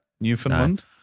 Newfoundland